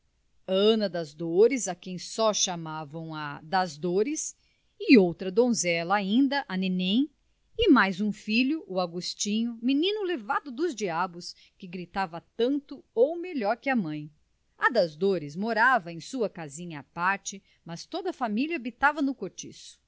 ana das dores a quem só chamavam a das dores e outra donzela ainda a nenen e mais um filho o agostinho menino levado dos diabos que gritava tanto ou melhor que a mãe a das dores morava em sua casinha à parte mas toda a família habitava